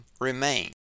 remain